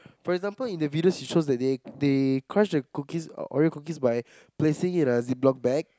for example in the video she shows that they they crush the cookies Oreo cookies by placing it in the zip lock bag